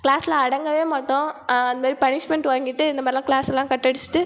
க்ளாஸில் அடங்கவே மாட்டோம் அந்த மாதிரி பனிஷ்மெண்ட் வாங்கிட்டு இந்த மாதிரில்லாம் க்ளாஸெல்லாம் கட்டடித்துட்டு